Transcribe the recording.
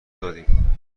دادیم